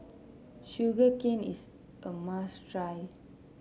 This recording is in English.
Sugar Cane is a must try